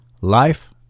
life